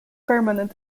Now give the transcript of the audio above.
permanent